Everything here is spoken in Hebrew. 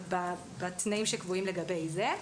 בתנאים שקבועים לגבי זה.